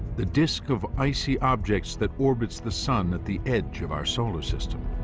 the disk of icy objects that orbits the sun at the edge of our solar system.